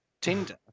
tinder